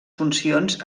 funcions